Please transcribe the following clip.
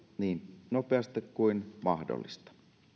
niin nopeasti kuin mahdollista